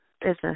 business